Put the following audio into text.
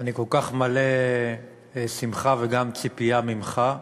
אני כל כך מלא שמחה וגם ציפייה ממך.